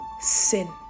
sin